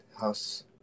house